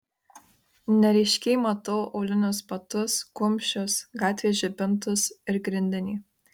neryškiai matau aulinius batus kumščius gatvės žibintus ir grindinį